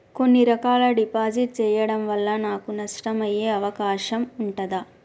కొన్ని రకాల డిపాజిట్ చెయ్యడం వల్ల నాకు నష్టం అయ్యే అవకాశం ఉంటదా?